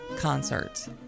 concerts